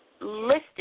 listed